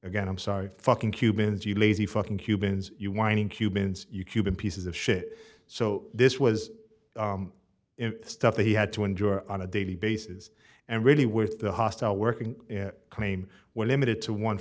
again i'm sorry fucking cubans you lazy fucking cubans you whining cubans cuban pieces of shit so this was stuff they had to endure on a daily basis and really with the hostile working claim were limited to one